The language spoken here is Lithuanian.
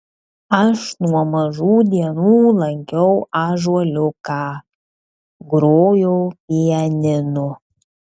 aš nuo mažų dienų lankiau ąžuoliuką grojau pianinu